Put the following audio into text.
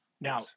Now